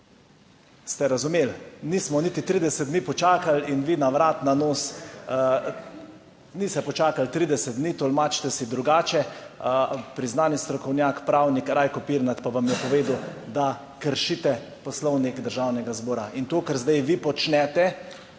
Ste razumeli? Nismo niti 30 dni počakali in vi na vrat na nos, / nemir v dvorani/ niste počakali 30 dni, tolmačite si drugače, priznani strokovnjak pravnik Rajko Pirnat pa vam je povedal, da kršite Poslovnik Državnega zbora in to, kar zdaj vi počnete,